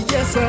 Yes